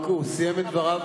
הוא סיים את דבריו,